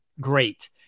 great